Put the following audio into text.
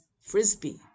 frisbee